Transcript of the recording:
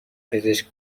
پزشک